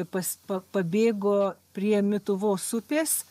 pas pa pabėgo prie mituvos upės